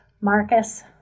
Marcus